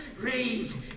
raise